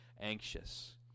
anxious